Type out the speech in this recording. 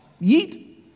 Yeet